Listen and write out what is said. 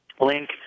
Link